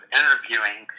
interviewing